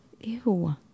Ew